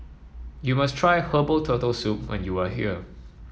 you must try Herbal Turtle Soup when you are here